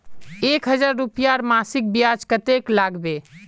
एक हजार रूपयार मासिक ब्याज कतेक लागबे?